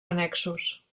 annexos